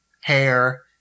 hair